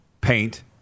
paint